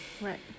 right